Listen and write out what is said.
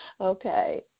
Okay